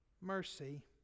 mercy